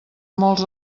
molts